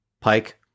pike